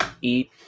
eat